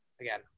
again